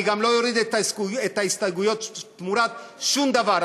אני גם לא אוריד את ההסתייגויות תמורת שום דבר.